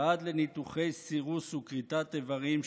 ועד לניתוחי סירוס וכריתת איברים,